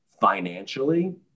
financially